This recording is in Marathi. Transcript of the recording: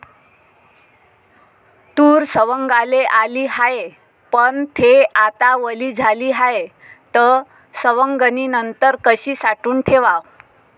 तूर सवंगाले आली हाये, पन थे आता वली झाली हाये, त सवंगनीनंतर कशी साठवून ठेवाव?